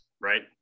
right